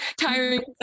tiring